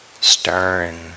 stern